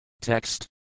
Text